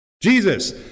Jesus